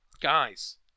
Guys